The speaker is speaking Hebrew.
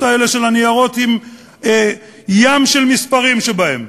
האלה של הניירות עם ים של מספרים שבהן?